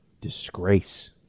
disgrace